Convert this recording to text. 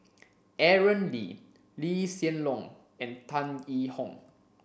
Aaron Lee Lee Hsien Loong and Tan Yee Hong